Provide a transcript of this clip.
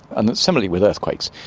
and similarly with earthquakes.